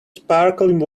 sparkling